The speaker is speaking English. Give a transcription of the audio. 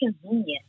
convenient